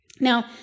Now